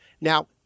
Now